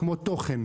כמו תוכן,